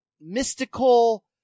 mystical